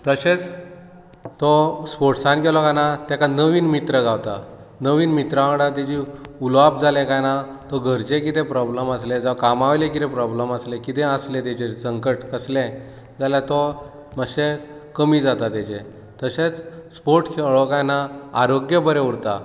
तशेच तो स्पोर्ट्सान गेलो कांय ना तेका नवीन मित्र गावता नवीन मित्र वांगडा तेजी उलोवप जाले कांय ना तो घरचे किते प्रॉब्लम आसले जाव कामा वयले कितें प्रॉब्लम आसले कितें आसले तेजे संकट कसले जाल्यार तो मातशें कमी जाता तेजे तशेंच स्पोर्ट्स खेळ्ळो कांय ना आरोग्य बरें उरता